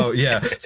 so yeah.